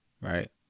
Right